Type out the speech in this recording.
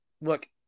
look